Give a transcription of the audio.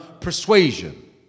persuasion